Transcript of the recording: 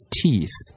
teeth